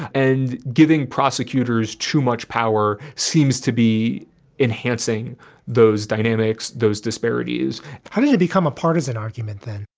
and giving prosecutors too much power seems to be enhancing those dynamics. those disparities how do you become a partisan argument then?